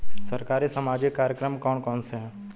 सरकारी सामाजिक कार्यक्रम कौन कौन से हैं?